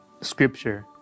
scripture